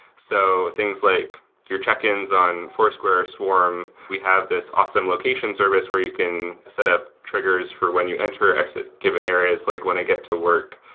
so things like your check-ins on foursquare or swarm, we have this awesome location service where you can set up triggers for when you enter or exit given areas, like when i get to work.